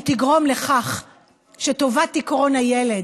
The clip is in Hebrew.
היא תגרום לכך שעקרון טובת הילד,